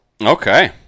okay